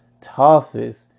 toughest